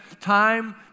time